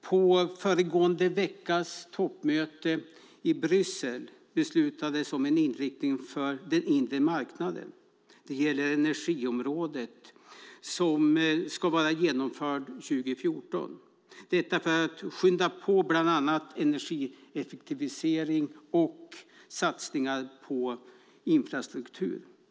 På föregående veckas toppmöte i Bryssel beslutades det om en inriktning för den inre marknaden - det gäller energiområdet - som ska vara genomförd 2014, detta för att skynda på bland annat energieffektivisering och satsningar på infrastruktur.